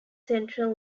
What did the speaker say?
central